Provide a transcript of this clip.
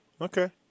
Okay